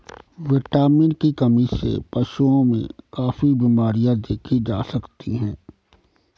vitamin की कमी से पशुओं में काफी बिमरियाँ देखी जा सकती हैं